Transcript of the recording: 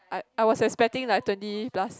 I I was expecting like twenty plus